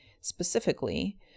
specifically